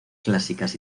clásicas